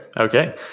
okay